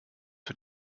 für